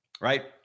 right